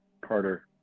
Carter